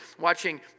watching